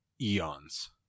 eons